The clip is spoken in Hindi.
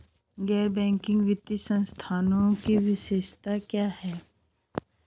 गैर बैंकिंग वित्तीय संस्थानों की विशेषताएं क्या हैं?